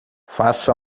faça